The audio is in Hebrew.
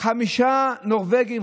חמישה נורבגים,